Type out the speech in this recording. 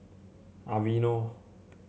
Aveeno